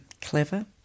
clever